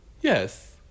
Yes